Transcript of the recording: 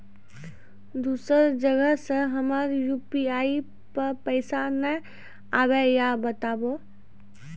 दोसर जगह से हमर यु.पी.आई पे पैसा नैय आबे या बताबू?